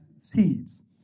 seeds